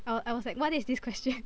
I wa~ I was like what is this question